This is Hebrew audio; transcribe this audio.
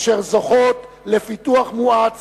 אשר זוכות לפיתוח מואץ